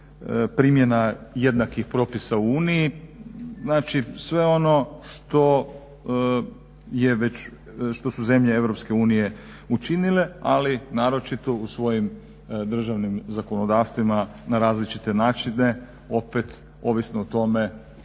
primjena jednakih propisa u Uniji. Znači, sve ono što su zemlje EU učinile, ali naročito u svojim državnim zakonodavstvima na različite načine opet ovisno o tome